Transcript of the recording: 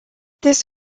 this